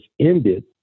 ended